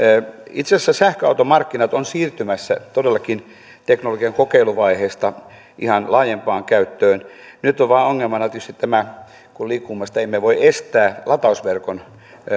itse asiassa sähköautomarkkinat ovat siirtymässä todellakin teknologian kokeiluvaiheesta ihan laajempaan käyttöön nyt on vain ongelmana tietysti kun liikkumista emme voi estää latausverkon